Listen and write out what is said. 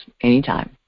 anytime